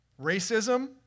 racism